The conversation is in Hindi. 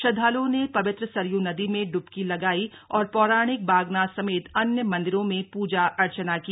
श्रद्वाल्ओं ने पवित्र सरयू नदी में ड्बकी लगाई और पौराणिक बागनाथ समेत अन्य मंदिरों में पूजा अर्चना की